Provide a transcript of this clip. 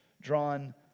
drawn